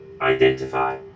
Identify